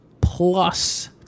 plus